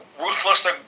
Ruthless